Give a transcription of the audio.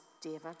David